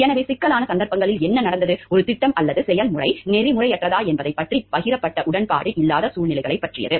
எனவே சிக்கலான சந்தர்ப்பங்களில் என்ன நடந்தது ஒரு திட்டம் அல்லது செயல்முறை நெறிமுறையற்றதா என்பதைப் பற்றி பகிரப்பட்ட உடன்பாடு இல்லாத சூழ்நிலைகளைப் பற்றியது